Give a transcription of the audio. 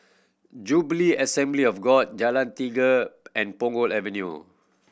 Jubilee Assembly of God Jalan Tiga and Punggol Avenue